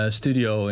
studio